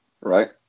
right